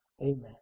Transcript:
Amen